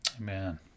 Amen